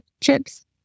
chips